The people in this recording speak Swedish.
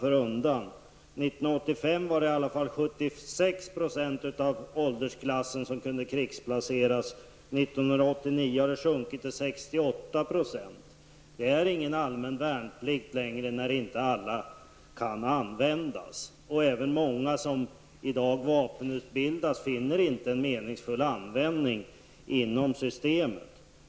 År 1985 var det i alla fall 76 % av åldersklassen som kunde krigsplaceras. År 1989 har andelen sjunkit till 68 %. Det är ingen allmän värnplikt när inte alla kan användas. Många som i dag vapenutbildas finner inte en meningsfull användning för detta inom systemet.